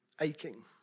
aching